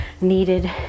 needed